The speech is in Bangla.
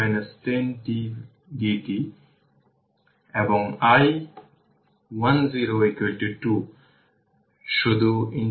সুতরাং এটি পাওয়ার 20 e 10 t মিলিভোল্ট এখন যেহেতু v v 1 প্লাস v 2